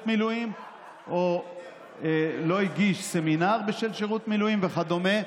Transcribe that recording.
מילואים או לא הגיש סמינר בשל שירות מילואים וכדומה.